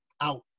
out